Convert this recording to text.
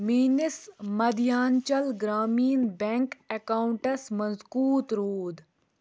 میٛٲنِس Madhyanchal Gramin bank accounts منٛز کوٗت روٗد